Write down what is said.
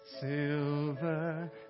silver